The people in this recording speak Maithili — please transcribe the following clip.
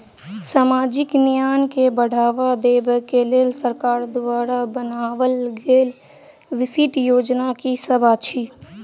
सामाजिक न्याय केँ बढ़ाबा देबा केँ लेल सरकार द्वारा बनावल गेल विशिष्ट योजना की सब अछि?